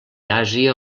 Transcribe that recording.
àsia